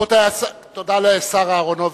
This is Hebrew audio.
תודה לשר אהרונוביץ.